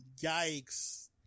Yikes